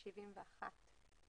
70 ו-71.